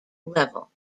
level